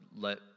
let